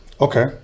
Okay